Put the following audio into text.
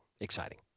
Exciting